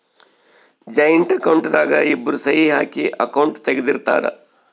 joint account ದಾಗ ಇಬ್ರು ಸಹಿ ಹಾಕಿ ಅಕೌಂಟ್ ತೆಗ್ದಿರ್ತರ್